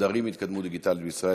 מודרים מהתקדמות דיגיטלית בישראל?